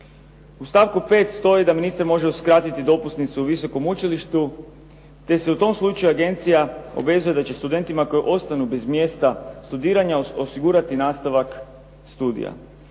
U stavku 5 stoji da ministar može uskratiti dopusnicu visokom učilištu te se u tom slučaju agencija obvezuje da će studentima koji ostanu bez mjesta studiranja osigurati nastavak studija.